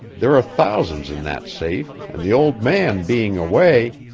there are thousands in that safe, and the old man being away